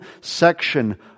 section